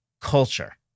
culture